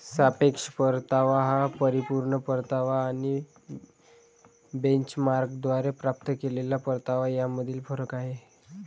सापेक्ष परतावा हा परिपूर्ण परतावा आणि बेंचमार्कद्वारे प्राप्त केलेला परतावा यामधील फरक आहे